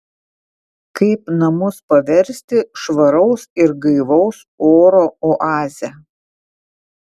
kaip namus paversti švaraus ir gaivaus oro oaze